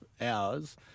hours